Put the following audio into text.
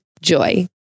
Joy